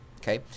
Okay